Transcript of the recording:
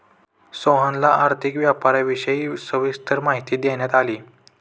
सोहनला आर्थिक व्यापाराविषयी सविस्तर माहिती देण्यात आली